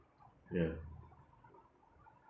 ya